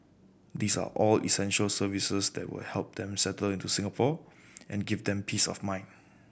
these are all essential services that will help them settle into Singapore and give them peace of mind